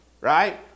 Right